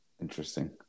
Interesting